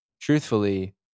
truthfully